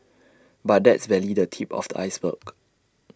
but that's barely the tip of the iceberg